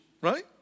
right